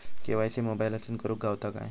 KYC मोबाईलातसून करुक गावता काय?